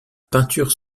peinture